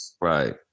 Right